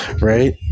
Right